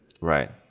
Right